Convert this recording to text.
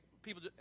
People